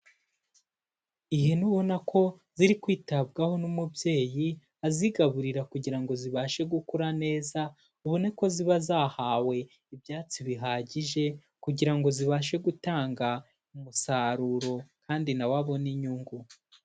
Ihene ubona ko ziri kwitabwaho n'umubyeyi azigaburira kugira ngo zibashe gukura neza, ubone ko ziba zahawe ibyatsi bihagije, kugira ngo zibashe gutanga umusaruro kandi na we abona inyungu.